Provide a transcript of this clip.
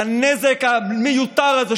לנזק המיותר הזה,